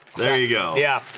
there you go yeah,